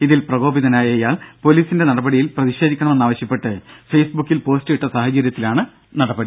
ഇതിൽ പ്രകോപിതനായ ഇയാൾ പൊലീസിന്റെ നടപടിയിൽ പ്രതിഷേധിക്കണമെന്നാവശ്യപ്പെട്ട് ഫേസ്ബുക്കിൽ പോസ്റ്റ് ഇട്ട സാഹചര്യത്തിലാണ് നടപടി